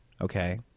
okay